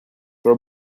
were